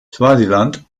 swasiland